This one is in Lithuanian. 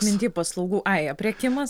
minty paslaugų ai aprėkimas